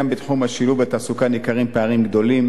גם בתחום השילוב בתעסוקה ניכרים פערים גדולים.